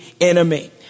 enemy